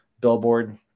billboard